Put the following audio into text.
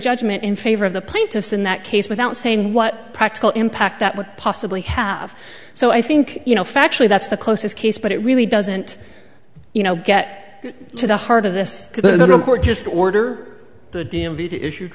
judgment in favor of the plaintiffs in that case without saying what practical impact that would possibly have so i think you know factually that's the closest case but it really doesn't you know get to the heart of this little court just order the